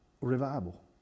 revival